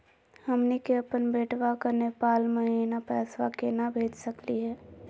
हमनी के अपन बेटवा क नेपाल महिना पैसवा केना भेज सकली हे?